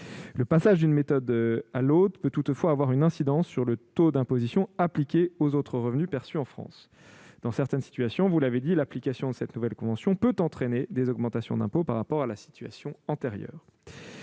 Le passage d'une méthode à l'autre peut toutefois avoir une incidence sur le taux d'imposition appliqué aux autres revenus perçus en France. Dans certaines situations, comme vous l'avez dit, l'application de cette nouvelle convention peut entraîner des augmentations d'impôts par rapport à la situation antérieure.